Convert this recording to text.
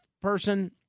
person